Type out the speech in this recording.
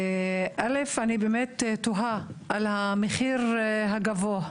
אני תוהה על המחיר הגבוה.